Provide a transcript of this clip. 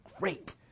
great